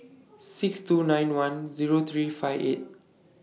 six two nine one Zero three five eight